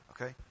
Okay